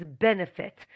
benefit